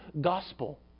gospel